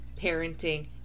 parenting